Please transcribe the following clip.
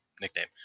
nickname